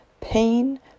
pain